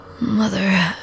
Mother